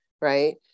right